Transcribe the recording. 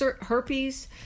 herpes